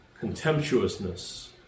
contemptuousness